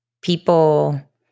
people